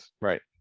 right